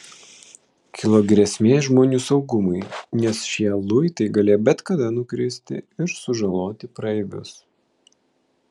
kilo grėsmė žmonių saugumui nes šie luitai galėjo bet kada nukristi ir sužaloti praeivius